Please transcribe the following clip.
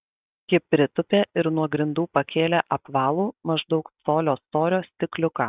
ji pritūpė ir nuo grindų pakėlė apvalų maždaug colio storio stikliuką